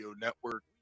Network